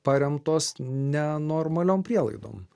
paremtos nenormaliom prielaidom